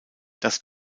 das